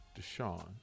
Deshaun